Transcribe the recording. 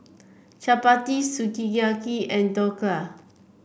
Chapati Sukiyaki and Dhokla